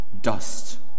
dust